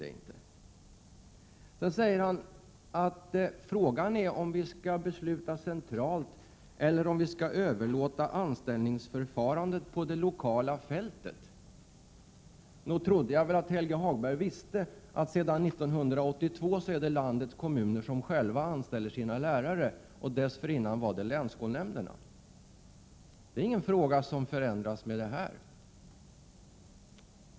Sedan säger Helge Hagberg att frågan är om beslut skall fattas centralt eller om anställningsförfarandet skall överlåtas på det lokala fältet. Nog trodde jag att Helge Hagberg visste att det sedan 1982 är landets kommuner som själva anställer sina lärare och att det dessförinnan var länsskolnämnderna som gjorde det. Det är ingenting som förändras genom detta ärende.